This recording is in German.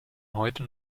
heute